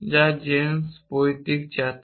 যার জেনস পৈতৃক চাচা